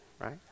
right